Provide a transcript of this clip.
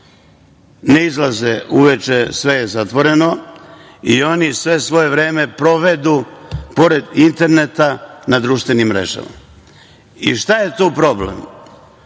ne izlaze uveče sve je zatvoreno i oni svo svoje vreme provedu pored interneta na društvenim mrežama. I šta je tu problem?